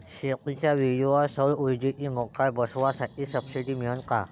शेतीच्या विहीरीवर सौर ऊर्जेची मोटार बसवासाठी सबसीडी मिळन का?